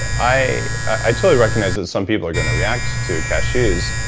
ah i i totally recognize some people are going to react to cashews,